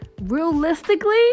realistically